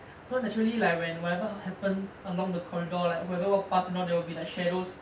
so naturally like when whatever happens along the corridor like whoever walk past there will be like shadows